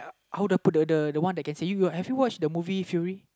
the one that can say have you watch the movie Fury